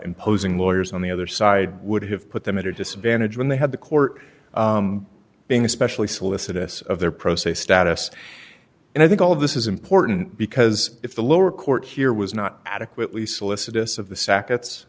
imposing lawyers on the other side would have put them at a disadvantage when they had the court being especially solicitous of their pro se status and i think all of this is important because if the lower court here was not adequately solicitous of the sack